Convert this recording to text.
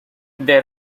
their